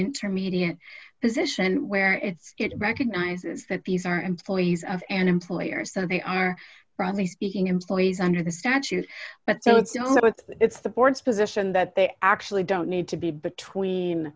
intermediate position where it's it recognizes that these are employees of an employer so they are broadly speaking employees under the statute but so it's not but it's the board's position that they actually don't need to be between